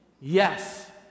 Yes